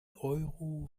euro